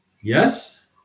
yes